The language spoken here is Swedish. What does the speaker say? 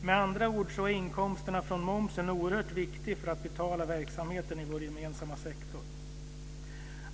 Med andra ord är inkomsterna från momsen oerhört viktiga för att betala verksamheten i vår gemensamma sektor.